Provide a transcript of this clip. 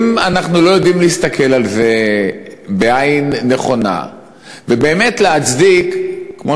אם אנחנו לא יודעים להסתכל על זה בעין נכונה ובאמת להצדיק כמו,